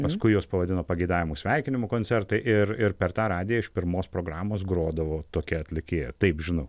paskui juos pavadino pageidavimų sveikinimų koncertai ir ir per tą radiją iš pirmos programos grodavo tokia atlikėja taip žinau